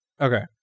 Okay